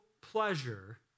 pleasure